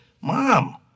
mom